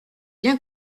bien